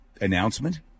announcement